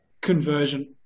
conversion